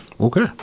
Okay